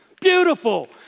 Beautiful